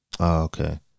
Okay